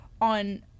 on